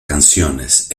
canciones